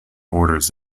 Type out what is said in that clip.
orders